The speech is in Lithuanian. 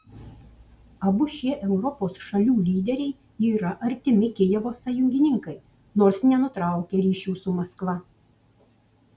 abu šie europos šalių lyderiai yra artimi kijevo sąjungininkai nors nenutraukia ryšių su maskva